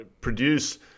produce